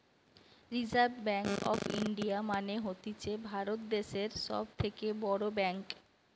reserve bank of India মানে হতিছে ভারত দ্যাশের সব থেকে বড় ব্যাঙ্ক